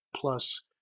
Plus